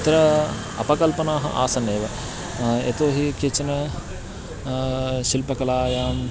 तत्र अपकल्पनाः आसन्नेव यतो हि केचन शिल्पकलायाम्